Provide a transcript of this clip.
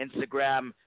Instagram